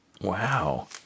Wow